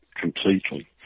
Completely